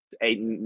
eight